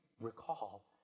recall